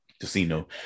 casino